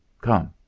Come